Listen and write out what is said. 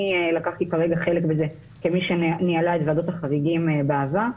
לקחת בזה חלק כמי שניהלה את ועדות החריגים בעבר,